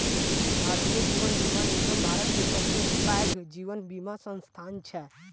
भारतीय जीवन बीमा निगम भारत के सबसे पैघ जीवन बीमा संस्थान छै